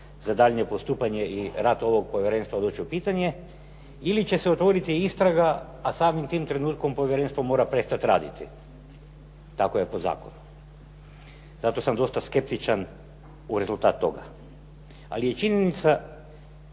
za daljnje postupanje i rad ovog povjerenstva …/Govornik se ne razumije./… pitanje ili će se otvoriti istraga, a samim tim trenutkom povjerenstvo mora prestat raditi. Tako je po zakonu. Zato sam dosta skeptičan u rezultat toga, ali je činjenica